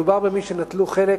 מדובר במי שנטלו חלק